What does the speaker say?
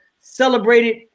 celebrated